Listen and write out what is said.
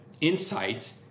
insight